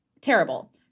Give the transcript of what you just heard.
terrible